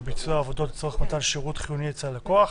ביצוע עבודות לצורך מתן שירות חיוני אצל לקוח,